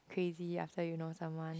crazy after you know someone